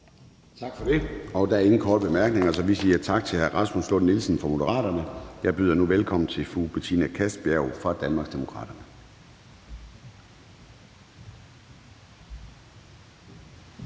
Tak for det. Der er ingen korte bemærkninger, så vi siger tak til hr. Rasmus Lund-Nielsen fra Moderaterne. Jeg byder nu velkommen til fru Betina Kastbjerg fra Danmarksdemokraterne.